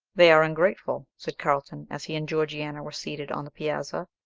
they are ungrateful, said carlton, as he and georgiana were seated on the piazza.